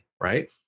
right